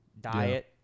Diet